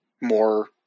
more